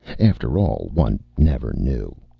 after all, one never knew.